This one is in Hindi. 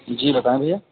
जी बताए भैया